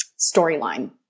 storyline